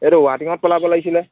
এইটো ৱাটিঙত পেলাব লাগিছিলে